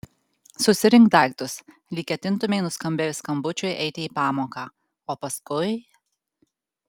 susirink daiktus lyg ketintumei nuskambėjus skambučiui eiti į pamoką o paskui